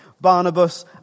Barnabas